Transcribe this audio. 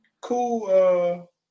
Cool